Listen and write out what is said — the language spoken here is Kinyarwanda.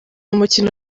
umukino